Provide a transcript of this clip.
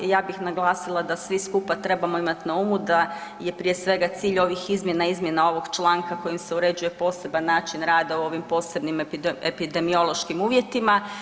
Ja bih naglasila da svi skupa trebamo imati na umu da je prije svega cilj ovih izmjena, izmjena ovog članka kojim se uređuje poseban način rada u ovim posebnim epidemioloških uvjetima.